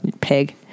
Pig